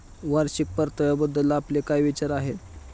वार्षिक परताव्याबद्दल आपले काय विचार आहेत?